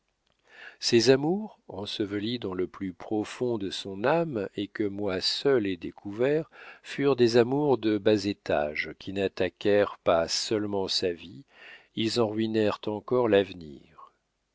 ses amours ensevelis dans le plus profond de son âme et que moi seul ai découverts furent des amours de bas étage qui n'attaquèrent pas seulement sa vie ils en ruinèrent encore l'avenir